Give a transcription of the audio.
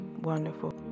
wonderful